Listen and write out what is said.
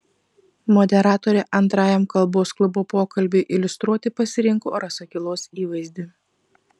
moderatorė antrajam kalbos klubo pokalbiui iliustruoti pasirinko rasakilos įvaizdį